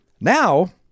Now